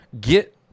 Get